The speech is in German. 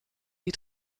die